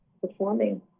performing